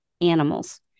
animals